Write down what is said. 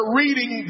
reading